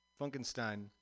funkenstein